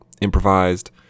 improvised